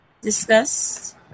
discussed